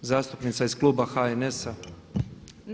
Zastupnica iz Kluba HNS-a.